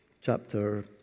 chapter